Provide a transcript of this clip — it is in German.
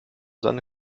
seine